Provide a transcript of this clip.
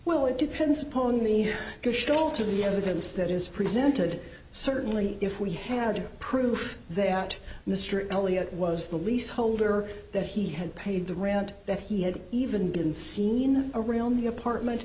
well it depends upon the bush told to the evidence that is presented certainly if we had proof that mr elliott was the lease holder that he had paid the rent that he had even been seen around the apartment